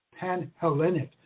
Panhellenic